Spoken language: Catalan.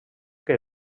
que